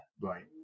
Right